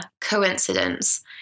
coincidence